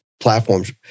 platforms